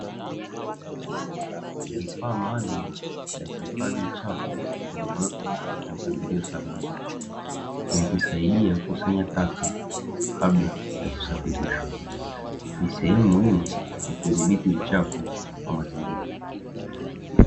Vifaa maalum vya kuifadhi uchafu vimepangwa kwa mpangilio salama, vikisaidia kukusanya taka kabla ya kusafirishwa. Ni sehemu muhimu ya kudhibiti uchafu wa mazigira.